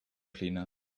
cleaner